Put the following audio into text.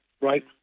right